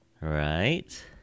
Right